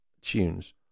tunes